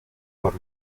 por